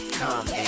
come